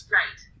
right